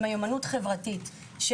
במיומנות חברתית,